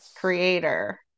creator